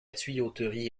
tuyauterie